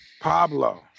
Pablo